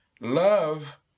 Love